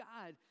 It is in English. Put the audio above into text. God